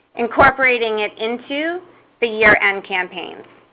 incorporating it into the year-end campaign.